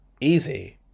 easy